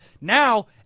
Now